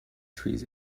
trees